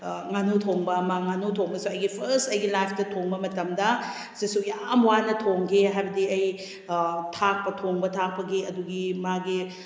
ꯉꯥꯅꯨ ꯊꯣꯡꯕ ꯑꯃ ꯉꯥꯅꯨ ꯊꯣꯡꯕꯁꯦ ꯑꯩꯒꯤ ꯐꯥꯔꯁ ꯑꯩꯒꯤ ꯂꯥꯏꯐꯇ ꯊꯣꯡꯕ ꯃꯇꯝꯗ ꯁꯤꯁꯨ ꯌꯥꯝ ꯋꯥꯅ ꯊꯣꯡꯈꯤ ꯍꯥꯏꯕꯗꯤ ꯑꯩ ꯊꯥꯛꯄ ꯊꯣꯡꯕ ꯊꯥꯛꯄꯒꯤ ꯑꯗꯨꯒꯤ ꯃꯥꯒꯤ